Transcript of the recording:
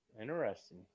Interesting